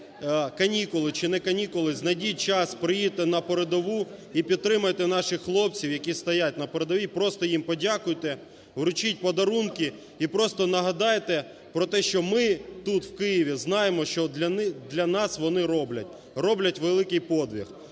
знайдіть час, приїдьте на передову і підтримайте наших хлопців, які стоять на передовій, просто їм подякуйте, вручіть подарунки і просто нагадайте про те, що ми тут, в Києві, знаємо, що для нас вони роблять, – роблять великий подвиг.